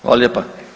Hvala lijepa.